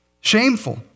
Shameful